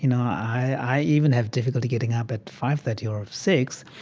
you know i even have difficulty getting up at five thirty or six.